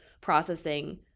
processing